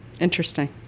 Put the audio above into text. Interesting